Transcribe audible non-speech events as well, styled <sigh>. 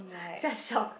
<breath> just shout